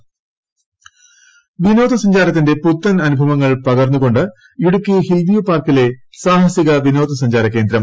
Idukki intro വിനോദസഞ്ചാരത്തിന്റെ പുത്തൻ അനുഭവങ്ങൾ പകർന്നുകൊണ്ട് ഇടുക്കി ഹിൽവ്യൂ പാർക്കിലെ സാഹസിക വിനോദസഞ്ചാര കേന്ദ്രം